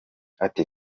ati